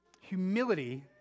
humility